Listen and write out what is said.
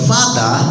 Father